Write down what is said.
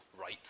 right